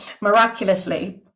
miraculously